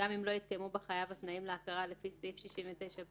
גם אם לא התקיימו בחייב התנאים להכרה לפי סעיף 69ב3."